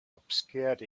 obscured